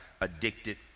addicted